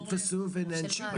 נתפסו ונענשו?